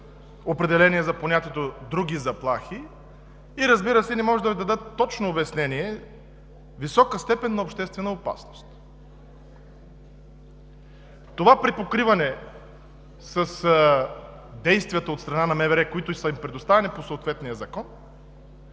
определение за понятието „други заплахи“ и, разбира се, не може да дадат точно обяснение – „висока степен на обществена опасност“. Това припокриване с действията от страна на МВР, които са им предоставени по съответния закон,